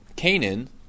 Canaan